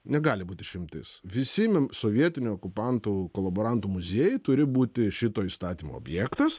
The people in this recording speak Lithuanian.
negali būt išimtis visi mim sovietinių okupantų kolaborantų muziejai turi būti šito įstatymo objektas